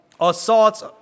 assaults